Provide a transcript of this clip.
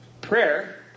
prayer